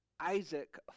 Isaac